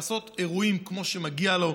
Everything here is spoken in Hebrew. לעשות אירועים כמו שמגיע לו,